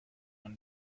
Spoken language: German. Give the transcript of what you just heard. man